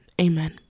amen